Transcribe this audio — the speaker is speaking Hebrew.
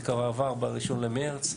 זה כבר עבר ב-1 במרס,